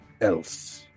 else